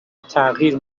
تغییر